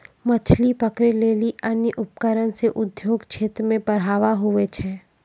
मछली पकड़ै लेली अन्य उपकरण से उद्योग क्षेत्र मे बढ़ावा हुवै छै